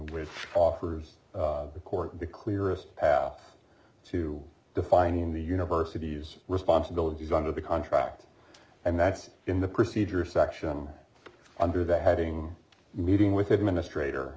which offers the court the clearest path to defining the university's responsibilities under the contract and that's in the procedure section under the heading meeting with administrator